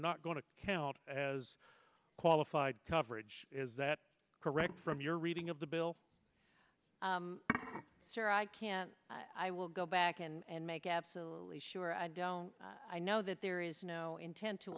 not going to count as qualified coverage is that correct from your reading of the bill sir i can't i will go back and make absolutely sure i don't i know that there is no intent to